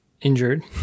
injured